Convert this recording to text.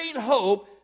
hope